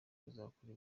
kuzakora